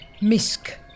Misc